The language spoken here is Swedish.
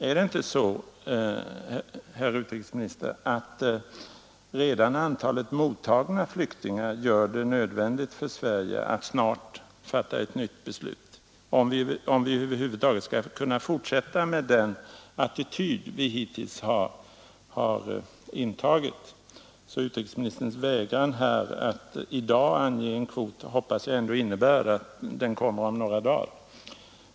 Är det inte så, herr utrikesminister, att redan antalet mottagna flyktingar gör det nödvändigt för Sverige att snart fatta ett nytt beslut, om vi i fortsättningen över huvud taget skall kunna behålla den attityd vi hittills intagit. Utrikesministerns vägran att i dag ange en kvot hoppas jag därför innebär att en sådan kvot kommer att anges om några dagar.